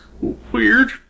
weird